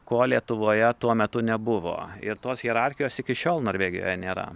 ko lietuvoje tuo metu nebuvo ir tos hierarchijos iki šiol norvegijoje nėra